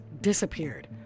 disappeared